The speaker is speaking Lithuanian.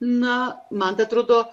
na man tai atrodo